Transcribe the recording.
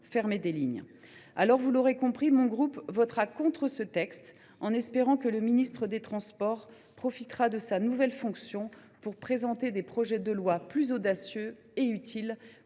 lignes. Vous l’aurez compris, le groupe CRCE K votera contre ce texte, en espérant que le ministre chargé des transports profitera de ses nouvelles fonctions pour présenter des projets de loi plus audacieux et utiles